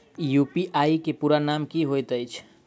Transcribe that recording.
UPI केँ पूरा नाम की होइत अछि?